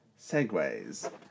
Segways